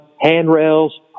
handrails